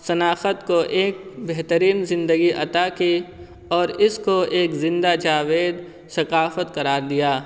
شناخت کو ایک بہترین زندگی عطا کی اور اس کو ایک زندہ جاوید ثقافت قرار دیا